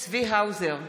צבי האוזר,